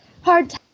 hard